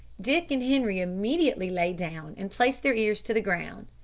dick and henri immediately lay down and placed their ears to the ground.